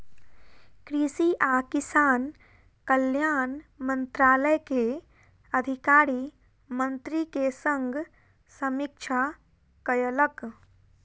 कृषि आ किसान कल्याण मंत्रालय के अधिकारी मंत्री के संग समीक्षा कयलक